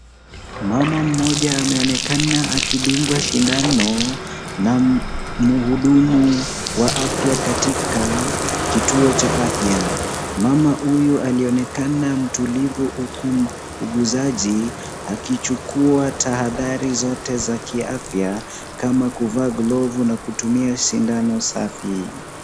Mama mmoja ameonekana akidungwa sindano na mhudumu wa afya katika kituo cha afya. Mama huyu alionekana mtulivu huku muuguzaji akichukua tahadhari zote za afya kama kuvaa glovu na kutumia sindano safi.